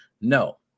No